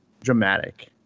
dramatic